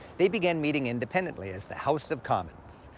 they began meeting independently as the house of commons.